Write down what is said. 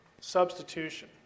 Substitution